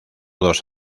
dos